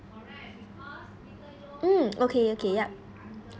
mm okay okay yup